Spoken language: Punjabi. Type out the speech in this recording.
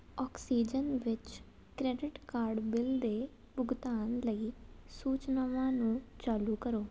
ਆਕਸੀਜਨ ਵਿੱਚ ਕਰੇਡਿਟ ਕਾਰਡ ਬਿੱਲ ਦੇ ਭੁਗਤਾਨ ਲਈ ਸੂਚਨਾਵਾਂ ਨੂੰ ਚਾਲੂ ਕਰੋ